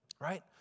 right